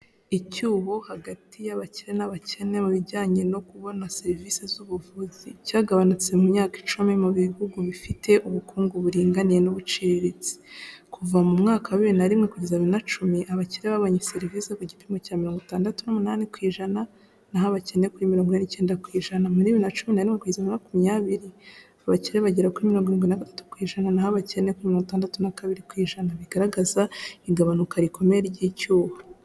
Icyuho hagati y'abakire n'abakene mu bijyanye no kubona serivisi z'ubuvuzi, cyagabanutse mu myaka icumi mu bihugu bifite ubukungu buringaniye n'ubuciriritse. Kuva mu mwaka wa bibiri nari rimwe kugeza bibiri na cumi, abakire bagabanya serivisi ku gipimo cya mirongo itandatu n'umunani kw ijana naho abakene kuri mirongo ine n'icyenda ku ijana, muri bibiri na cumi narimwe kugeza na makumyabiri abakire bagera kuri mirongo irindwei na gatatu ku ijana naho abakene kuri mirongo itandatu na kabiri kwijana, bigaragaza igabanuka rikomeye ry'icyuho.